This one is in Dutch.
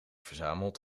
verzameld